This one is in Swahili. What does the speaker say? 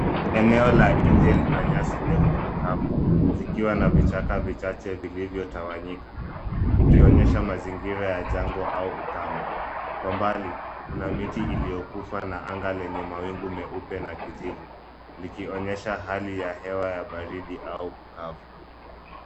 Eneo la nje lina nyasi ndefu na kavu, zikiwa na vichaka vichache vilivyotawanyika, ikionyesha mazingira ya jangwa au ukame. Kwa mbali, kuna miti iliyokufa na anga lenye mawingu meupe na kijivu likionyesha hali ya hewa ya baridi au ukavu.